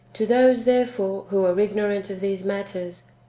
to those, therefore, who are ignorant of these matters,